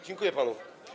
Dziękuję panu.